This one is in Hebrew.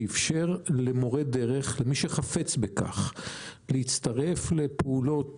שאפשר למורי דרך שחפצים בכך להצטרף לפעולות